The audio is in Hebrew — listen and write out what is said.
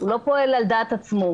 הוא לא פועל על דעת עצמו.